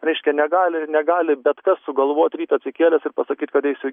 reiškia negali negali bet kas sugalvot ryt atsikėlęs ir pasakyt kad eisiu